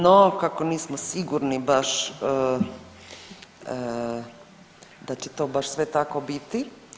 Ni, kako nismo sigurni baš, da će to baš sve tako biti.